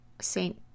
saint